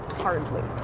hardly.